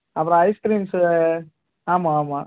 அப்புறம் ice creams ஆமாம் ஆமாம்